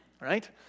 Right